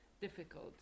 difficult